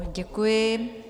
Děkuji.